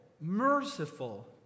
merciful